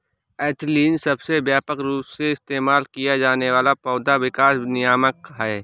ethylene सबसे व्यापक रूप से इस्तेमाल किया जाने वाला पौधा विकास नियामक है